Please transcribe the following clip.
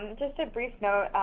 just a brief note.